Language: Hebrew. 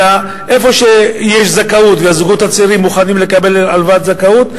אלא איפה שיש זכאות והזוגות הצעירים מוכנים לקבל הלוואת זכאות,